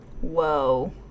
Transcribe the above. Whoa